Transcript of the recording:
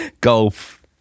golf